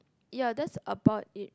ya that's about it